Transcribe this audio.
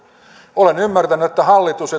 olen ymmärtänyt että hallitus